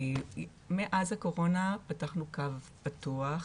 מאז הקורונה פתחנו קו פתוח,